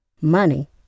Money